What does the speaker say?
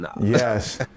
Yes